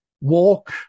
walk